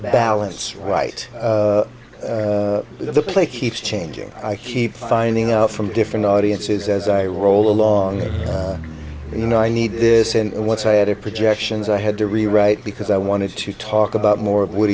balance right the play keeps changing i keep finding out from different audiences as i roll along you know i need this and once i had a projections i had to rewrite because i wanted to talk about more of w